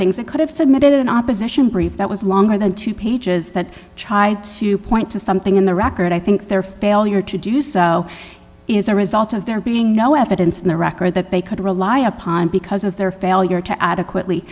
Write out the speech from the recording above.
things it could have submitted an opposition brief that was longer than two pages that chae to point to something in the record i think their failure to do so is a result of there being no evidence in the record that they could rely upon because of their failure to adequately